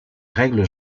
règle